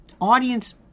audience